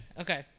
Okay